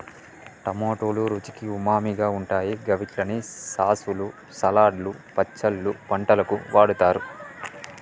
టమాటోలు రుచికి ఉమామిగా ఉంటాయి గవిట్లని సాసులు, సలాడ్లు, పచ్చళ్లు, వంటలకు వాడుతరు